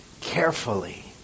carefully